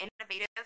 innovative